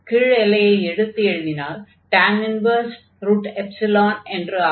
கீழ் எல்லையை எடுத்து எழுதினால் என்று ஆகும்